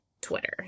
Twitter